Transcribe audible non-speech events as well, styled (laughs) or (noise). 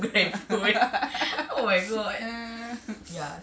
(laughs)